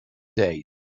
days